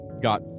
got